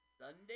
Sunday